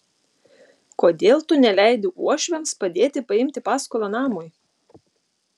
kodėl tu neleidi uošviams padėti paimti paskolą namui